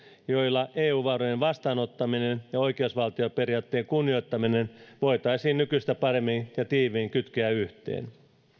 joilla eu varojen vastaanottaminen ja oikeusvaltioperiaatteen kunnioittaminen voitaisiin nykyistä paremmin ja tiiviimmin kytkeä yhteen